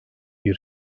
bir